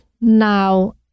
now